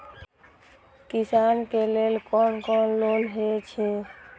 किसान के लेल कोन कोन लोन हे छे?